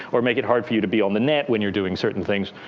or make it hard for you to be on the net when you're doing certain things.